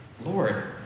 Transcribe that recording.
Lord